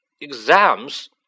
Exams